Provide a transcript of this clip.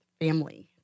family